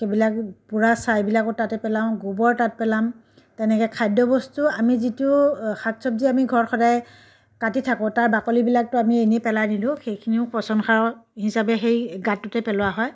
সেইবিলাক পুৰা ছাইবিলাকো তাতে পেলাওঁ গোৱৰ তাত পেলাম তেনেকৈ খাদ্য বস্তু আমি যিটো শাক চব্জি আমি ঘৰত সদায় কাটি থাকোঁ তাৰ বাকলিবিলাকটো আমি ইনেই পেলাই নিদোঁ সেইখিনিও পচন সাৰৰ হিচাপে সেই গাঁতটোতে পোলোৱা হয়